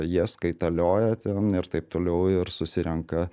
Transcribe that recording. jas kaitalioja ten ir taip toliau ir susirenka